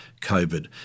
COVID